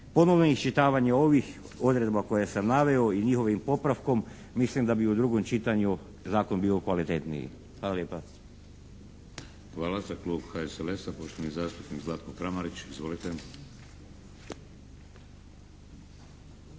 ponovno iščitavanje ovih odredba koje sam naveo i njihovim popravkom mislim da bi u drugom čitanju zakon bio kvalitetniji. Hvala lijepa. **Šeks, Vladimir (HDZ)** Hvala. Za klub HSLS-a, poštovani zastupnik Zlatko Kramarić. Izvolite.